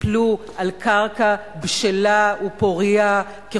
ייפלו על קרקע בשלה ופורייה יותר ויותר